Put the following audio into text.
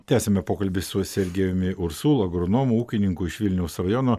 tęsiame pokalbį su sergėjumi ursul agronomu ūkininku iš vilniaus rajono